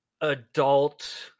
adult